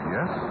Yes